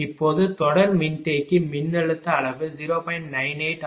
இப்போது தொடர் மின்தேக்கி மின்னழுத்த அளவு 0